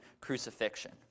crucifixion